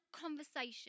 conversation